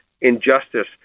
injustice